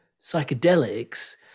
psychedelics